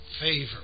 favor